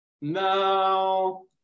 no